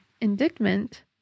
indictment